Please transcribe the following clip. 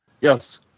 Yes